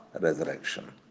resurrection